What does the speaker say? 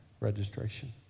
registration